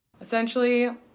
Essentially